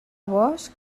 bosc